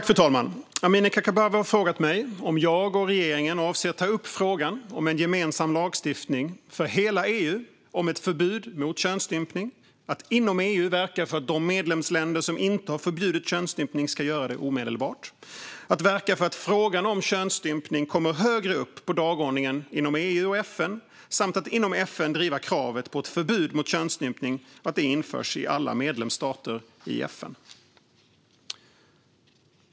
Fru talman! Amineh Kakabaveh har frågat mig om jag och regeringen avser att ta upp frågan om en gemensam lagstiftning för hela EU om ett förbud mot könsstympning, att inom EU verka för att de medlemsländer som inte har förbjudit könsstympning ska göra det omedelbart, att verka för att frågan om könsstympning kommer högre upp på dagordningen inom EU och FN samt att inom FN driva kravet på att ett förbud mot könsstympning införs i alla FN:s medlemsstater.